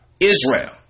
Israel